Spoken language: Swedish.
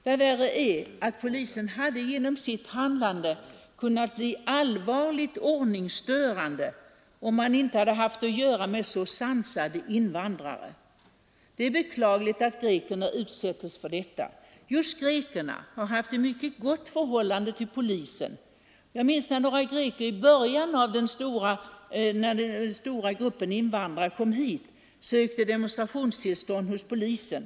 Men värre är att polisen genom sitt handlande hade kunnat bli allvarligt ordningsstörande, om man inte hade haft att göra med så sansade invandrare. Det är beklagligt att grekerna utsätts för detta. Just grekerna har haft ett mycket gott förhållande till polisen. Jag minns att några greker när den stora gruppen invandrare på sin tid började komma hit sökte demonstrationstillstånd hos polisen.